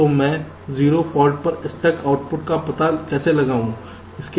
तो मैं 0 फाल्ट पर स्टक आउटपुट का पता कैसे लगाऊँ